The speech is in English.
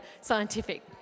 Scientific